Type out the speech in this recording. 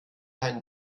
einen